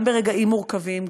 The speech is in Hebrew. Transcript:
גם ברגעים מורכבים,